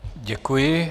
Děkuji.